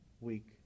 week